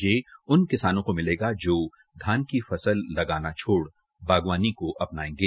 ये उन किसानों को मिलेगा जो धान की फसल लगाना छोड़कर बागवानी को अपनायेंगे